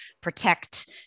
protect